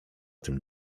tym